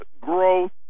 growth